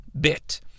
bit